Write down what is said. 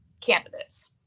candidates